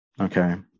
okay